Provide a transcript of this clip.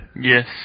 Yes